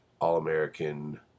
All-American